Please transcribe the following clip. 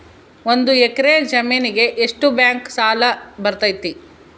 ಒಂದು ಎಕರೆ ಜಮೇನಿಗೆ ಎಷ್ಟು ಬ್ಯಾಂಕ್ ಸಾಲ ಬರ್ತೈತೆ?